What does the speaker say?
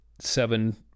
seven